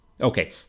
Okay